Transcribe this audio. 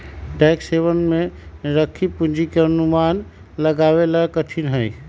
tax haven में राखी पूंजी के अनुमान लगावे ला कठिन हई